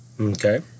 Okay